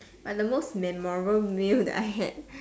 but the most memorable meal that I had